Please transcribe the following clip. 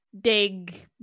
dig